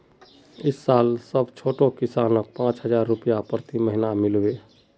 इस साल सब छोटो किसानक पांच हजार रुपए प्रति महीना मिल बे